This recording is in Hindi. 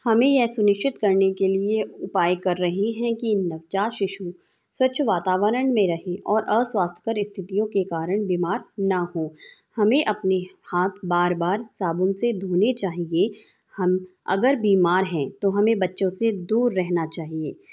हमें यह सुनिश्चित करने के लिए उपाय कर रही हैं कि नवजात शिशु स्वच्छ वातावरण में रहें और अस्वास्थ्य पर स्थितियों के कारण बीमार ना हों हमें अपने हाँथ बार बार साबुन से धोने चाहिए हम अगर बीमार हैं तो हमें बच्चों से दूर रहना चाहिए